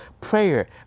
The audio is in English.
prayer